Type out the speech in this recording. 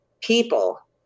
people